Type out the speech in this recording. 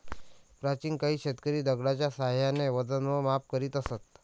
प्राचीन काळी शेतकरी दगडाच्या साहाय्याने वजन व माप करीत असत